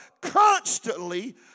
constantly